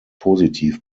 positiv